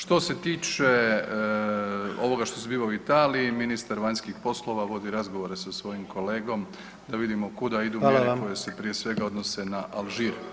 Što se tiče ovoga što se zbiva u Italiji ministar vanjskih poslova vodi razgovore sa svojim kolegom da vidimo kuda idu mjere koje se prije svega odnose [[Upadica: Hvala vam.]] na Alžir.